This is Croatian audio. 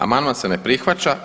Amandman se ne prihvaća.